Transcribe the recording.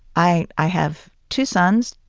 i i have two sons,